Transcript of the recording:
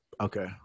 Okay